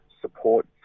support